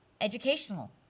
educational